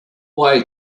way